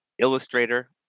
illustrator